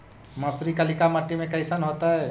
मसुरी कलिका मट्टी में कईसन होतै?